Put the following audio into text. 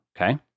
okay